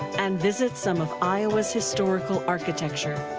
and visit some of iowa's historical architecture.